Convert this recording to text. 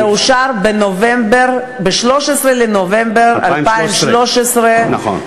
זה אושר ב-13 בנובמבר 2013. נכון.